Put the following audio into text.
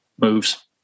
moves